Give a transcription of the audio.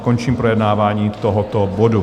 Končím projednávání tohoto bodu.